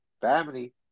family